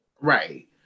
Right